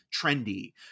trendy